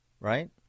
Right